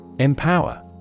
Empower